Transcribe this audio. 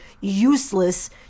useless